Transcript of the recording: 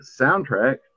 soundtrack